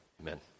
amen